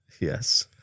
yes